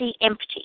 empty